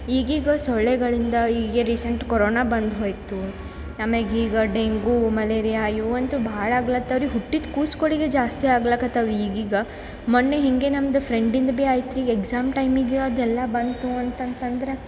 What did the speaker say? ಈಗೀಗ ಸೊಳ್ಳೆಗಳಿಂದ ಈಗ ರೀಸೆಂಟ್ ಕೊರೊನ ಬಂದು ಹೋಯಿತು ಆಮೇಗೆ ಈಗ ಡೆಂಗು ಮಲೇರಿಯಾ ಇವು ಅಂತು ಭಾಳ ಆಗ್ಲಾತಾವ ರೀ ಹುಟ್ಟಿದ ಕೂಸುಗಳಿಗೆ ಜಾಸ್ತಿ ಆಗ್ಲಾಕತಾವ ಈಗೀಗ ಮೊನ್ನೆ ಹಿಂಗೆ ನಮ್ದು ಫ್ರೆಂಡಿಂದು ಬಿ ಐತಿ ರೀ ಎಕ್ಸಾಮ್ ಟೈಮಿಗೆ ಅದೆಲ್ಲ ಬಂತು ಅಂತಂತಂದ್ರೆ